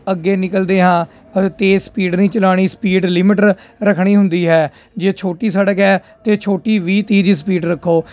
ਅੱਗੇ ਨਿਕਲਦੇ ਹਾਂ ਤੇਜ਼ ਸਪੀਡ ਨਹੀਂ ਚਲਾਉਣੀ ਸਪੀਡ ਲਿਮਿਟ ਰੱਖਣੀ ਹੁੰਦੀ ਹੈ ਜੇ ਛੋਟੀ ਸੜਕ ਹੈ ਅਤੇ ਛੋਟੀ ਵੀਹ ਤੀਹ ਦੀ ਸਪੀਡ ਰੱਖੋ